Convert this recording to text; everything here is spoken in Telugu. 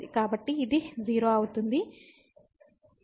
కాబట్టి ఇది 0 అవుతుంది